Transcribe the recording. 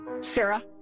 Sarah